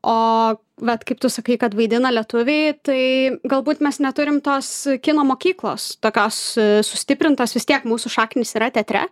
o bet kaip tu sakai kad vaidina lietuviai tai galbūt mes neturim tos kino mokyklos tokios sustiprintos vis tiek mūsų šaknys yra teatre